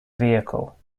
vehicle